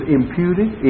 imputed